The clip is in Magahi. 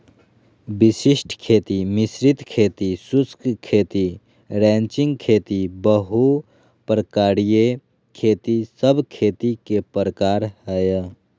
वशिष्ट खेती, मिश्रित खेती, शुष्क खेती, रैचिंग खेती, बहु प्रकारिय खेती सब खेती के प्रकार हय